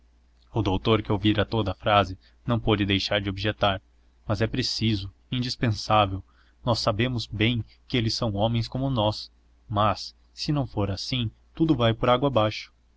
o doutor que ouvira toda a frase não pôde deixar de objetar mas é preciso indispensável nós sabemos bem que eles são homens como nós mas se for assim tudo vai por água abaixo